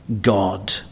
God